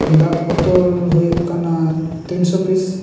ᱫᱟᱜ ᱵᱚᱛᱚᱞ ᱦᱩᱭᱩᱜ ᱠᱟᱱᱟ ᱛᱤᱱ ᱥᱚ ᱯᱤᱥ